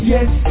Yes